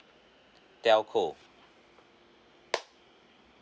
telco